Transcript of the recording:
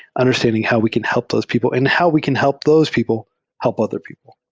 understanding how we can help those people and how we can help those people help other people.